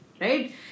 Right